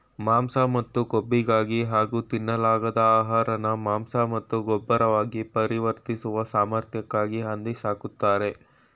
ಮಾಂಸ ಮತ್ತು ಕೊಬ್ಬಿಗಾಗಿ ಹಾಗೂ ತಿನ್ನಲಾಗದ ಆಹಾರನ ಮಾಂಸ ಮತ್ತು ಗೊಬ್ಬರವಾಗಿ ಪರಿವರ್ತಿಸುವ ಸಾಮರ್ಥ್ಯಕ್ಕಾಗಿ ಹಂದಿ ಸಾಕ್ತರೆ